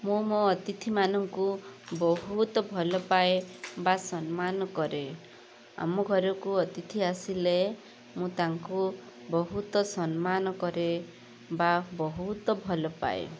ମୁଁ ମୋ ଅତିଥି ମାନଙ୍କୁ ବହୁତ ଭଲପାଏ ବା ସମ୍ମାନ କରେ ଆମ ଘରକୁ ଅତିଥି ଆସିଲେ ମୁଁ ତାଙ୍କୁ ବହୁତ ସମ୍ମାନ କରେ ବା ବହୁତ ଭଲପାଏ